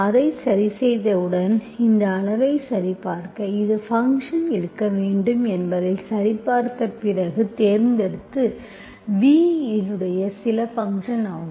அதை சரிசெய்தவுடன் எனவே இந்த அளவை சரிபார்க்க இது ஃபங்க்ஷன்ஆக இருக்க வேண்டும் என்பதை சரிபார்த்த பிறகு தேர்ந்தெடுத்தது v v இன் சில ஃபங்க்ஷன்ஆகும்